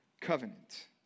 covenant